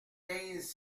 quinze